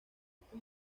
este